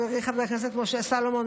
חברי חבר הכנסת משה סולומון,